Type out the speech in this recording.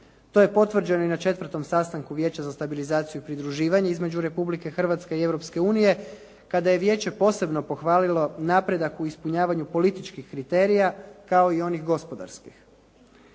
To je potvrđeno i na 4. sastanku Vijeća za stabilizaciju i pridruživanje između Republike Hrvatske i Europske unije kada je Vijeće posebno pohvalilo napredak u ispunjavanju političkih kriterija kao i onih gospodarskih.